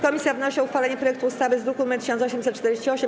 Komisja wnosi o uchwalenie projektu ustawy z druku nr 1848.